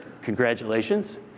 Congratulations